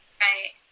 Right